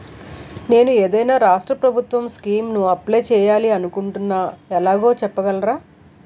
నేను ఏదైనా రాష్ట్రం ప్రభుత్వం స్కీం కు అప్లై చేయాలి అనుకుంటున్నా ఎలాగో చెప్పగలరా?